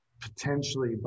potentially